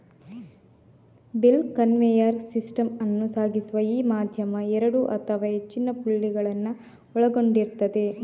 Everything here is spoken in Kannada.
ಬೆಲ್ಟ್ ಕನ್ವೇಯರ್ ಸಿಸ್ಟಮ್ ಅನ್ನು ಸಾಗಿಸುವ ಈ ಮಾಧ್ಯಮ ಎರಡು ಅಥವಾ ಹೆಚ್ಚಿನ ಪುಲ್ಲಿಗಳನ್ನ ಒಳಗೊಂಡಿರ್ತದೆ